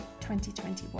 2021